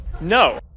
No